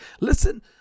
Listen